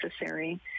necessary